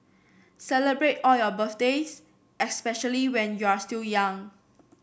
celebrate all your birthdays especially when you're still young